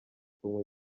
kunywa